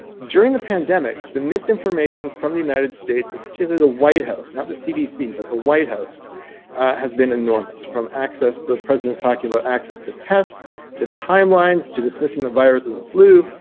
during the pandemic the misinformation from the united states and particularly the white house not the cdc but the white house has been enormous from access to the president talking about access to tests to timelines, to dismissing the viruses of flu,